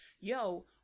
yo